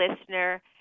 listener